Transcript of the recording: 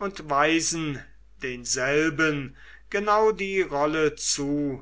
und weisen denselben genau die rolle zu